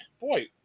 Boy